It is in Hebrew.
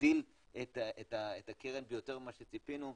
נגדיל את הקרן ביותר ממה שציפינו.